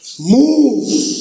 Move